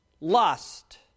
lust